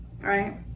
right